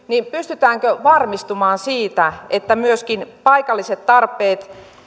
pystytäänkö varmistumaan siitä että myöskin paikalliset tarpeet